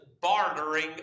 bartering